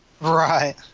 Right